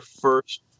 first